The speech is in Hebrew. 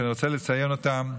שאני רוצה לציין אותם,